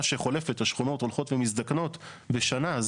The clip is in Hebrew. שחולפת השכונות הולכות ומזדקנות בשנה,